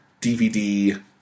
DVD